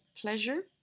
pleasure